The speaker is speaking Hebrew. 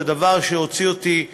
זה דבר שהוציא אותי מכלי,